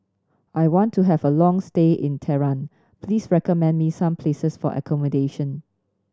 I want to have a long stay in Tehran please recommend me some places for accommodation